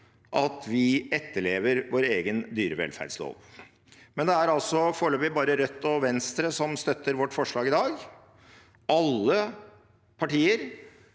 at vi etterlever vår egen dyrevelferdslov. Men det er foreløpig bare Rødt og Venstre som støtter vårt forslag i dag. Alle partier